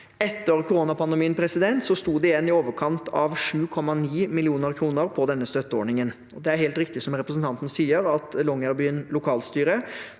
Etter koronapandemien sto det igjen i overkant av 7,9 mill. kr på denne støtteordningen. Det er helt riktig som representanten sier, at Longyearbyen lokalstyre